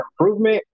improvement